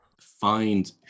find